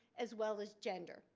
as well as gender.